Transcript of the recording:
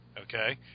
Okay